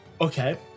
Okay